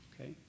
Okay